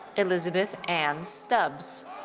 elizabeth ann stubbs.